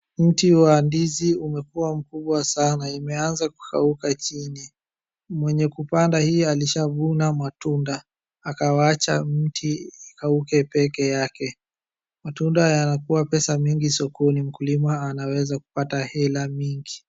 Mti wa ndizi umekua mkubwa sana, imeaza kukauka chini. Mwenye kupanda hii alishavuna matunda akawacha miti ikauke pekeake. Matunda yanakuwa pesa mingi sokoni. Mkulima anaweza kupata hela mingi.